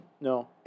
No